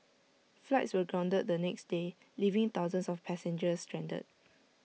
flights were grounded the next day leaving thousands of passengers stranded